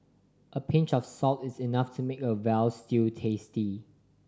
a pinch of salt is enough to make a veal stew tasty